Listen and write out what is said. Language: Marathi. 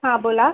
हां बोला